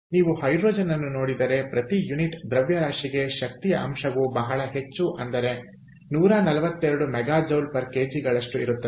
ನೀವು ಹೈಡ್ರೋಜನ್ ಅನ್ನು ನೋಡಿದರೆ ಪ್ರತಿ ಯುನಿಟ್ ದ್ರವ್ಯರಾಶಿಗೆ ಶಕ್ತಿಯ ಅಂಶವು ಬಹಳ ಹೆಚ್ಚು ಅಂದರೆ142 MJ kg ಗಳಷ್ಟು ಇರುತ್ತದೆ